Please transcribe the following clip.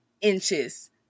inches